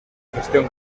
gestión